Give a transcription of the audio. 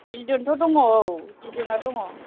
बिदनथ' दङ औ बिदनआ दङ